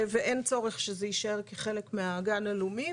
ואין צורך שזה יישאר כחלק מהגן הלאומי.